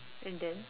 and then